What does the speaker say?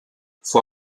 vor